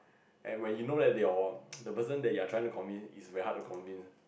and when you know that your the person that you're trying to convince is very hard to convince